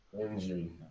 Injury